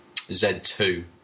Z2